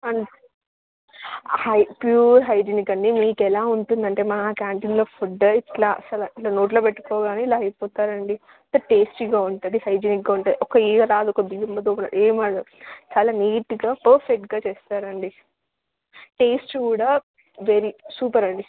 అన్ high pure hygienic అండి మీకెలా ఉంటుందంటే మా క్యాంటీన్లో ఫుడ్ ఇట్లా అసల ఇట్లా నోట్లో పెట్టుకోగానే ఇలా అయిపోతారండి అ టేస్టీగా ఉంటుంది హైజీనిక్గా ఉంటుంది ఒక ఏగ రాదు ఒక బియబతో కూడా ఏమ చాలా నీట్గా పర్ఫెక్ట్గా చేస్తారండి టేస్ట్ కూడా వెరీ సూపర్ అండి